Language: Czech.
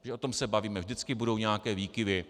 O tom se bavíme, vždycky budou nějaké výkyvy.